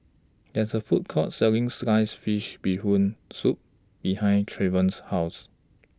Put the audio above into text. There IS A Food Court Selling Sliced Fish Bee Hoon Soup behind Trevon's House